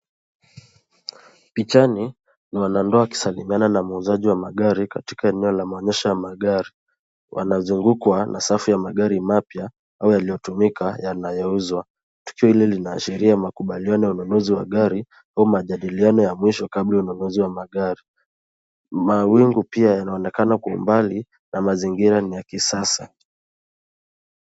Pichani ni wanandoa wakisalimiana na muuzaji wa magari katika eneo la maonyesho ya magari. Wanazungukwa na safu ya magari mapya au yaliyotumika yanayouzwa. Tukio ili linaashiria makubaliano ya ununuzi wa gari au majadiliano ya mwisho kabla ya ununuzi wa magari. Mawingu pia ya yanaonekana kwa umbali na mazingira ni ya kisasa.